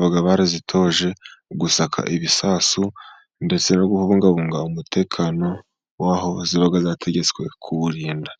baba barazitoje gusaka ibisasu, ndetse no kubungabunga umutekano w'aho ziba zategetswe kuwurinda.